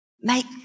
make